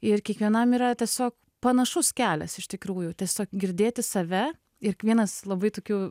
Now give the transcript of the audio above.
ir kiekvienam yra tiesiog panašus kelias iš tikrųjų tiesiog girdėti save ir k vienas labai tokių